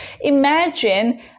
Imagine